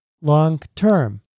long-term